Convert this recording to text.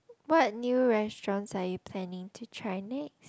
what new restaurants are you planning to try next